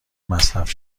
مصرف